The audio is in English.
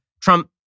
Trump